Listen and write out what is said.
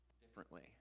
differently